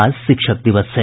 आज शिक्षक दिवस है